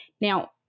Now